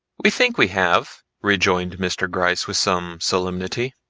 we think we have, rejoined mr. gryce with some solemnity.